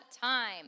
time